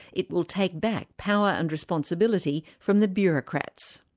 it will take back power and responsibility from the bureaucrats.